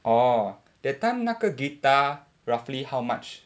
orh that time 那个 guitar roughly how much